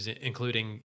including